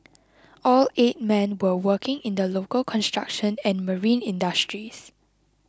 all eight men were working in the local construction and marine industries